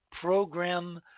program